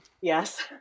Yes